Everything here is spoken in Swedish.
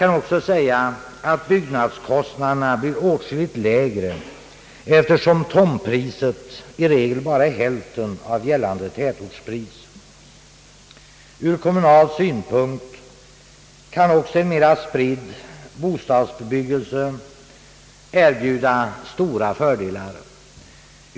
Byggnadskostnaden blir också åtskilligt lägre, eftersom tomtpriset i regel bara är hälften av gällande tätortspris. Ur kommunal synpunkt kan en mera spridd bostadsbebyggelse erbjuda stora fördelar.